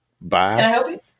Bye